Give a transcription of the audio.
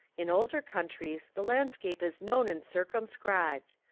in older countries the land scape is known and circumscribed.